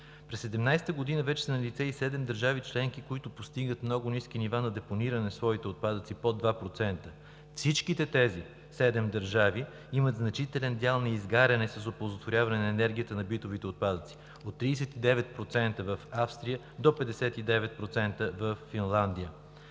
През 2017 г. вече са налице и седем държави членки, които постигат много ниски нива на депониране на своите отпадъци – под 2%. Всички тези седем държави имат значителен дял на изгаряне с оползотворяване на енергията на битовите отпадъци – от 39% в Австрия до 59% във Финландия.